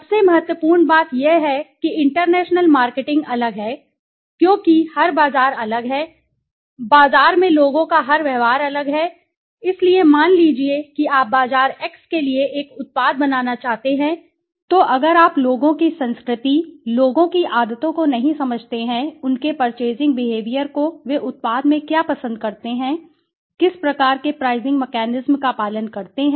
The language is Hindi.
सबसे महत्वपूर्ण बात यह है कि इंटरनेशनल मार्केटिंग अलग है क्योंकि हर बाजार अलग है बाजार में लोगों का हर व्यवहार अलग है इसलिए मान लीजिए कि आप बाजार x के लिए एक उत्पाद बनाना चाहते हैं तो अगर आप लोगों की संस्कृति लोगों की आदतों को नहीं समझते हैं उनके पर्चेसिंग बिहेवियर को वे उत्पाद में क्या पसंद करते हैं किस प्रकार केप्राइसिंग मैकेनिज्म का पालन करते हैं